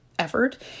effort